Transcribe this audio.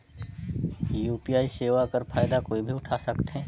UPI सेवा कर फायदा कोई भी उठा सकथे?